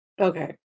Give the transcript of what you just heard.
Okay